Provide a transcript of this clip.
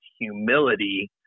humility